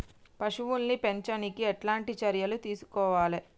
పశువుల్ని పెంచనీకి ఎట్లాంటి చర్యలు తీసుకోవాలే?